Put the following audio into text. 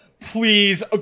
Please